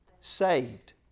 Saved